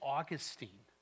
Augustine